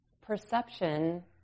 perception